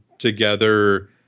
together